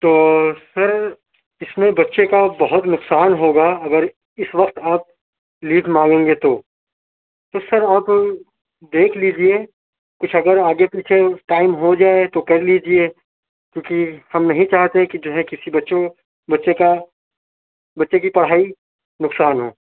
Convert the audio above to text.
تو سر اِس میں بچے کا بہت نقصان ہو گا اگر اِس وقت آپ لیو مانگیں گے تو تو سر آپ دیکھ لیجیے کچھ اگر آگے پیچھے اُس ٹائم ہو جائے تو کر لیجیے کیوں کہ ہم نہیں چاہتے کہ جو ہے کسی بچوں بچے کا بچے کی پڑھائی نقصان ہو